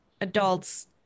adults